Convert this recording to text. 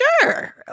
Sure